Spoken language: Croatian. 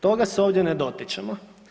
Toga se ovdje ne dotičemo.